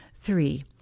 Three